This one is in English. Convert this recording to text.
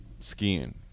skiing